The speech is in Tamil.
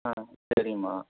ஆ சரிங்கம்மா